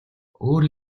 өөр